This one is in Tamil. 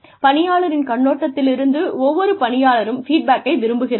பணியாளரின் கண்ணோட்டத்திலிருந்து ஒவ்வொரு பணியாளரும் ஃபீட்பேக்கை விரும்புகிறார்கள்